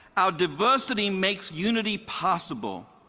our diversity makes unity possible,